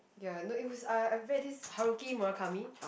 ya no it was uh I read this Haruki Murakami